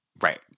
right